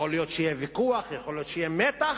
יכול להיות שיהיה ויכוח, יכול להיות שיהיה מתח,